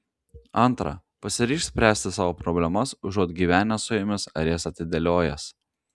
antra pasiryžk spręsti savo problemas užuot gyvenęs su jomis ar jas atidėliojęs